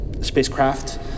spacecraft